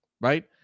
Right